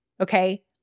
okay